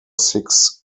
six